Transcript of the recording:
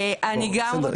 אני גם --- בסדר,